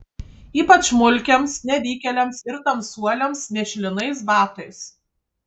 ypač mulkiams nevykėliams ir tamsuoliams mėšlinais batais